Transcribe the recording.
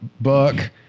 book